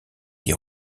des